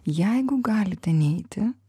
jeigu galite neiti